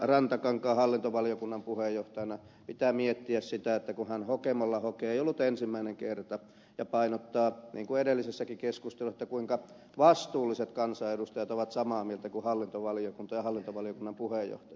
rantakankaan hallintovaliokunnan puheenjohtajana pitää miettiä kun hän hokemalla hokee ei ollut ensimmäinen kerta ja painottaa niin kuin edellisessäkin keskustelussa kuinka vastuulliset kansanedustajat ovat samaa mieltä kuin hallintovaliokunta ja hallintovaliokunnan puheenjohtaja